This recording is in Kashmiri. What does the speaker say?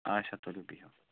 آچھا تُلِو بِہِو